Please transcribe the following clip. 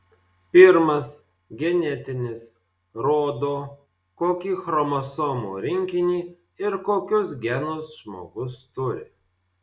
pirmas genetinis rodo kokį chromosomų rinkinį ir kokius genus žmogus turi